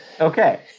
Okay